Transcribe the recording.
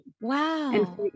Wow